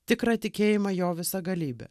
tikrą tikėjimą jo visagalybe